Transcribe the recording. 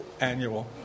annual